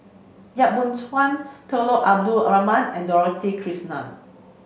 Yap Boon Chuan Abdul Rahman and Dorothy Krishnan